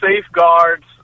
safeguards